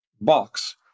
box